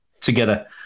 together